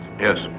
Yes